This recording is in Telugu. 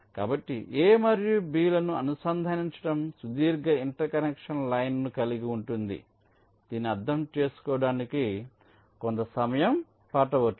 కాబట్టి A మరియు B లను అనుసంధానించడం సుదీర్ఘ ఇంటర్ కనెక్షన్ లైన్ను కలిగి ఉంటుంది దీన్ని అర్థం చేసుకోవడానికి కొంత సమయం పట్టవచ్చు